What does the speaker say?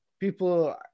People